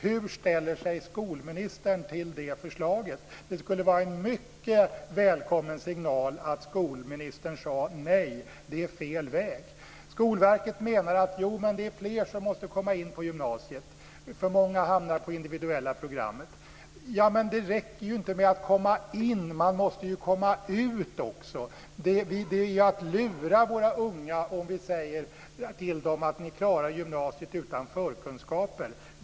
Hur ställer sig skolministern till det förslaget? Det skulle vara en mycket välkommen signal om skolministern sade nej till det och att det är fel väg. Skolverket menar att fler måste komma in på gymnasiet. Alltför många hamnar på det individuella programmet. Men det räcker inte med att komma in. Man måste komma ut också. Det är att lura våra unga om vi säger att de klarar gymnasiet utan förkunskaper.